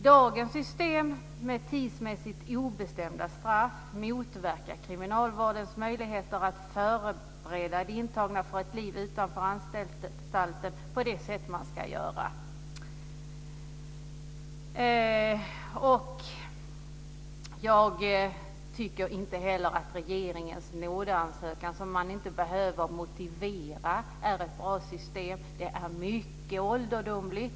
Dagens system med tidsmässigt obestämda straff motverkar kriminalvårdens möjligheter att förbereda intagna på ett liv utanför anstalten på det sätt som bör ske. Jag tycker vidare inte att regeringens möjlighet att bevilja nåd som inte behöver motiveras är något bra system. Det är mycket ålderdomligt.